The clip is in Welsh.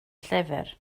llyfr